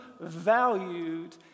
valued